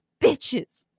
bitches